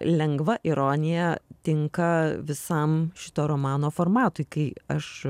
lengva ironija tinka visam šito romano formatui kai aš